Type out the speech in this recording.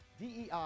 DEI